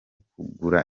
kugura